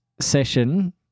session